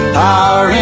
power